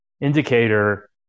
indicator